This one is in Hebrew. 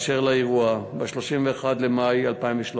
1, 4. באשר לאירוע, ב-31 במאי 2013,